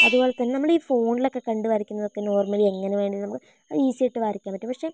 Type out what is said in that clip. അതുപോലെത്തന്നെ നമ്മളീ ഫോണിലൊക്കെ കണ്ടു വരയ്ക്കുന്നതൊക്കെ നോർമ്മലി എങ്ങനെ വേണേലും നമുക്ക് അത് ഈസിയായിട്ട് വരയ്ക്കാൻ പറ്റും പക്ഷേ